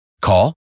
Call